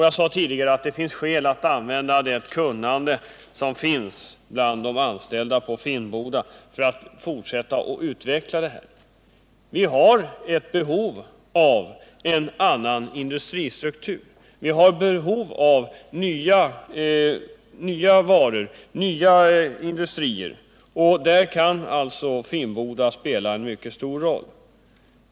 Jag sade tidigare att det finns skäl att använda det kunnande som finns bland de anställda på Finnboda för att fortsätta att utveckla dessa idéer. Vi har ett behov av en annan industristruktur. Vi har behov av nya varor och nya industrier. Där kan Finnboda spela en mycket stor roll.